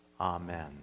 Amen